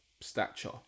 stature